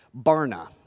Barna